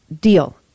deal